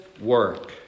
work